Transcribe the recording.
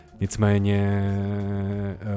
Nicméně